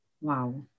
Wow